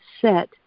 set